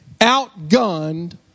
outgunned